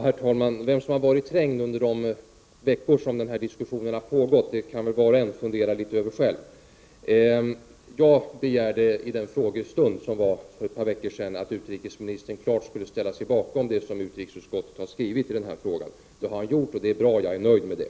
Herr talman! Vem som varit trängd under de veckor som den här diskussionen har pågått kan var och en fundera litet över själv. Jag begärde vid den frågestund som ägde rum för ett par veckor sedan att utrikesministern klart skulle ställa sig bakom det som utrikesutskottet har skrivit i frågan. Det har han gjort, det är bra, och jag är nöjd med det.